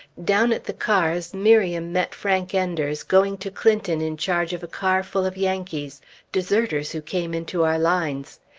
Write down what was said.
down at the cars miriam met frank enders, going to clinton in charge of a car full of yankees deserters, who came into our lines.